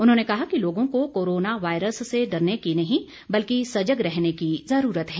उन्होंने कहा कि लोगों को कोरोना वायरस से डरने की नहीं बल्कि सजग रहने की जरूरत है